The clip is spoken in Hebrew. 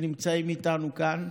שנמצאים איתנו כאן,